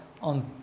on